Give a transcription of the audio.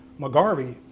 McGarvey